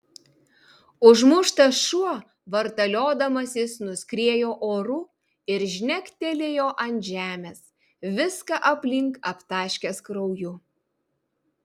užmuštas šuo vartaliodamasis nuskriejo oru ir žnektelėjo ant žemės viską aplink aptaškęs krauju